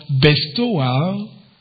bestowal